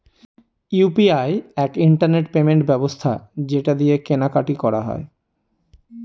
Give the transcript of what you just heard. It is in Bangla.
ইউ.পি.আই এক ইন্টারনেট পেমেন্ট ব্যবস্থা যেটা দিয়ে কেনা কাটি করা যায়